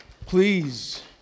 Please